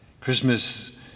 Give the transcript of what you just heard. Christmas